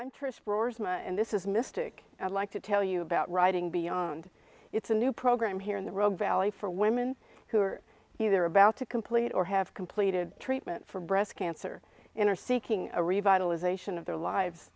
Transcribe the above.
drawers and this is mystic i'd like to tell you about writing beyond it's a new program here in the rogue valley for women who are either about to complete or have completed treatment for breast cancer in are seeking a revitalization of their lives